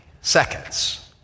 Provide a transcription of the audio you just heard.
seconds